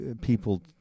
people